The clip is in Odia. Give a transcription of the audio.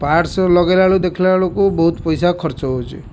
ପାର୍ଟସ୍ ଲଗେଇଲା ବେଳୁ ଦେଖିଲା ବେଳକୁ ବହୁତ ପଇସା ଖର୍ଚ୍ଚ ହଉଛି